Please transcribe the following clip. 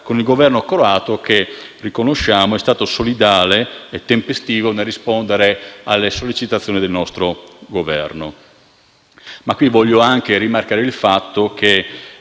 con il Governo croato che, riconosciamo, è stato solidale e tempestivo nel rispondere alle sollecitazioni del nostro Governo. Voglio anche rimarcare il fatto che